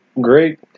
Great